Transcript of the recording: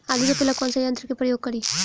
आलू रोपे ला कौन सा यंत्र का प्रयोग करी?